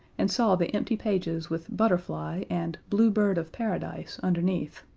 and saw the empty pages with butterfly and blue bird of paradise underneath,